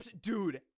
Dude